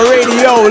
Radio